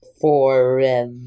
forever